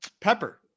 Pepper